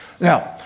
Now